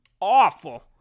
awful